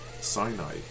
Sinai